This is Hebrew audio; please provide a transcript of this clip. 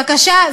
בבקשה,